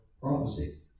prophecy